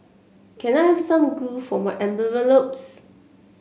can I have some glue for my envelopes